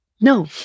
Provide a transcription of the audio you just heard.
No